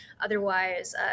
otherwise